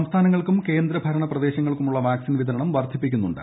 സംസ്ഥാനങ്ങൾക്കും കേന്ദ്ര ഭരണപ്രദേശങ്ങൾക്കുള്ള വാക്സിൻ വിതരണം വർധിപ്പിക്കുന്നുണ്ട്